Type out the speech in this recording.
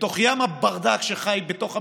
בתוך ים הברדק שבתוך הממשלה,